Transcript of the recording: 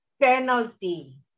penalty